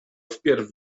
wpierw